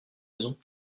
maison